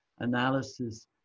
analysis